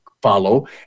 follow